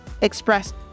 expressed